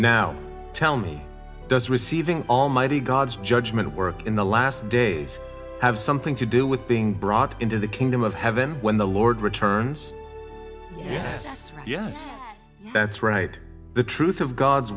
now tell me does receiving almighty god's judgement work in the last days have something to do with being brought into the kingdom of heaven when the lord returns yes yes that's right the truth of god's